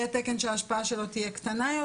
יהיה תקן שההשפעה שלו תהיה קטנה יותר.